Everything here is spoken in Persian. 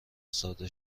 ساده